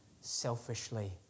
selfishly